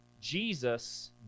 Jesus